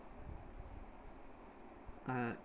uh